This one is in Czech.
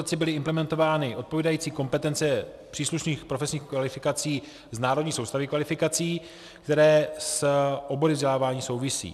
Při aktualizaci byly implementovány odpovídající kompetence příslušných profesních kvalifikací z národní soustavy kvalifikací, které s obory vzdělávání souvisí.